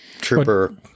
Trooper